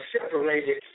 separated